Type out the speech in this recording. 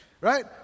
right